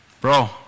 bro